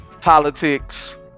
politics